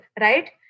right